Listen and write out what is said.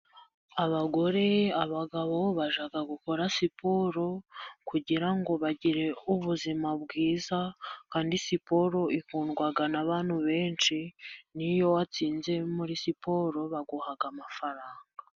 Abagore ,abagabo bajya gukora siporo ,kugira ngo bagire ubuzima bwiza, kandi siporo ikundwa n'abantu benshi, niyo watsinze muri siporo baguha amafaranga.